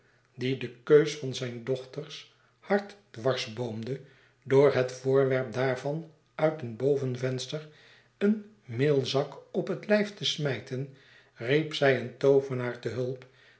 die de keus van zijn dochters hart dwarsboomde door het voorwerp daarvan uit een bovenvenster een meelzak op het lijf te smijten riep zij een toovenaar te hulp